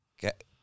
get